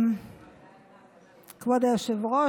כבוד היושב-ראש,